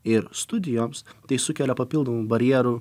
ir studijoms tai sukelia papildomų barjerų